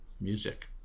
music